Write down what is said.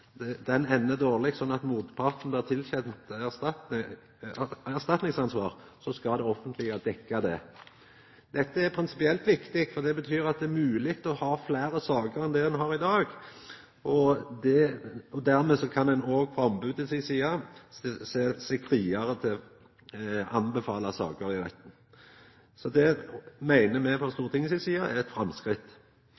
det endar dårleg, at motparten blir tilkjend erstatningsansvar, skal det offentlege dekkja sakskostnadene. Dette er prinsipielt viktig, for det betyr at det er mogleg å ha fleire saker enn det ein har i dag. Dermed kan òg ombodet sjå seg friare til å anbefala saker i retten. Det meiner me frå